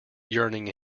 yearning